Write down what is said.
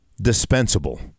dispensable